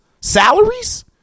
salaries